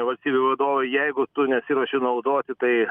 valstybių vadovai jeigu tu nesiruoši naudoti tai